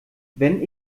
wenn